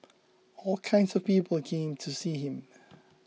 all kinds of people came to see him